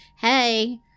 hey